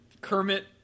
Kermit